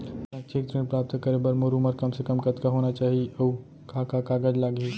शैक्षिक ऋण प्राप्त करे बर मोर उमर कम से कम कतका होना चाहि, अऊ का का कागज लागही?